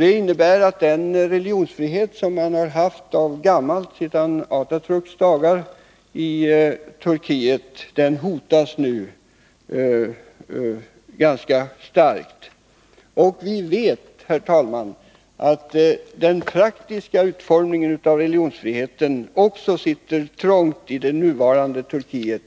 Det innebär att den religionsfrihet som man har haft i Turkiet alltsedan Atatärks dagar nu hotas starkt. Och vi vet, herr talman, att den praktiska utformningen av religionsfriheten sitter trångt i det nuvarande Turkiet